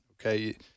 okay